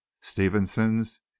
stevenson's